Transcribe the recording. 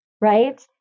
Right